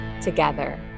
together